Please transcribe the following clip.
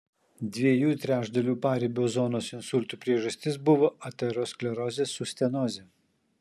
dviejų trečdalių paribio zonos insultų priežastis buvo aterosklerozė su stenoze